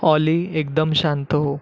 ऑली एकदम शांत हो